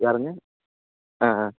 யாருங்கள் ஆ ஆ